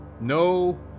No